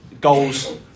goals